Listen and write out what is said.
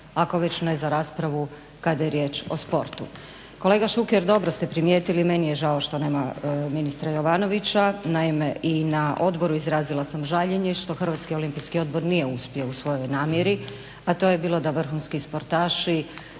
ako već ne raspravu kada je riječ o sportu. Kolega Šuker dobro ste primijetili meni je žao što nema ministra Jovanovića. Naime i na odboru izrazila sam žaljenje što Hrvatski olimpijski odbor nije uspio u svojoj namjeri a to je bilo da vrhunski sportaši